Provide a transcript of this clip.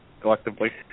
collectively